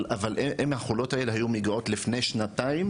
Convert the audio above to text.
אבל יש לנו בעיות מאוד קשות מבחינת כוח האדם.